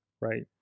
right